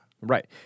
Right